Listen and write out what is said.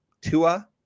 Tua